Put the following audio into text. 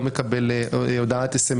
לא מקבל מסרונים,